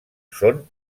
són